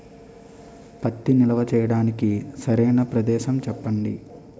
పత్తి నిల్వ చేయటానికి సరైన ప్రదేశం చెప్పండి?